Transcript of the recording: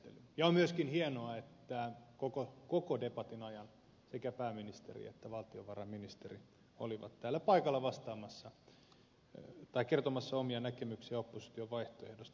on myöskin hienoa että koko debatin ajan sekä pääministeri että valtiovarainministeri olivat täällä paikalla kertomassa omia näkemyksiään opposition vaihtoehdosta